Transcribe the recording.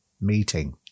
meeting